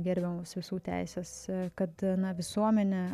gerbiamos visų teisės kad visuomenė